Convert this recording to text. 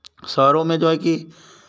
शहरों में जो है कि